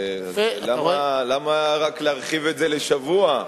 למה להרחיב את זה רק לשבוע?